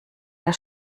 der